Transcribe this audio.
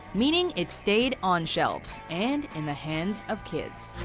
meaning it stayed on shelves, and in the hands of kids.